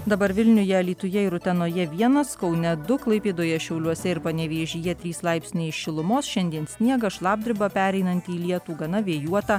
dabar vilniuje alytuje ir utenoje vienas kaune du klaipėdoje šiauliuose ir panevėžyje trys laipsniai šilumos šiandien sniegas šlapdriba pereinanti į lietų gana vėjuota